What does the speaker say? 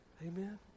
amen